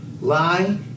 lie